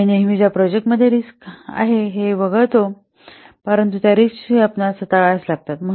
आम्ही नेहमी ज्या प्रोजेक्ट मध्ये रिस्क आहे ते वगळतो परंतु त्या रिस्क हि आपणास हाताळाव्याच लागतील